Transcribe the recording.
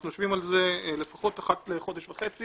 אנחנו יושבים על זה לפחות אחת לחודש וחצי